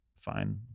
fine